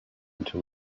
into